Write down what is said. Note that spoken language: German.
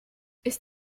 ist